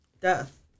death